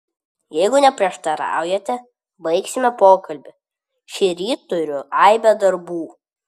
jeigu neprieštaraujate baigsime pokalbį šįryt turiu aibę darbų